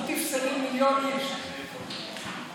ואתה לא תוכל לרחוץ בניקיון כפיך.